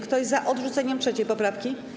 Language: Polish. Kto jest za odrzuceniem 3. poprawki?